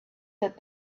that